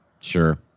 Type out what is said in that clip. Sure